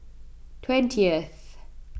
twentieth